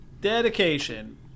Dedication